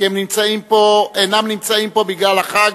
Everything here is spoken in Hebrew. כי הם אינם נמצאים פה בגלל החג,